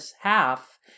half